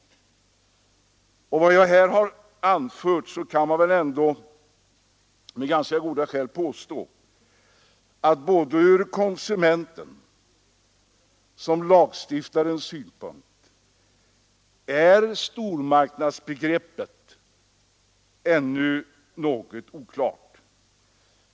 Efter vad jag här har anfört kan man väl ändå med ganska goda skäl påstå att såväl från konsumentens som från lagstiftarens synpunkt är stormarknadsbegreppet ännu något oklart.